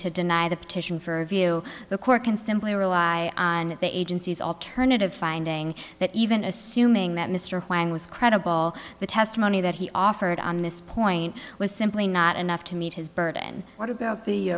to deny the petition for a view the court can simply rely on the agency's alternative finding that even assuming that mr huang was credible the testimony that he offered on this point was simply not enough to meet his burden what about the